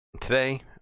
Today